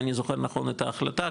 אם אני זוכר נכון את ההחלטה,